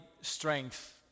strength